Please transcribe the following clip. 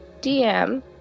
DM